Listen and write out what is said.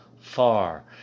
far